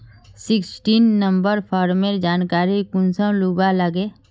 Sixteen number farmer जानकारी कुंसम लुबा लागे?